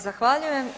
Zahvaljujem.